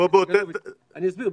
אולי אני אסביר.